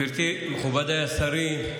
גברתי, מכובדיי השרים,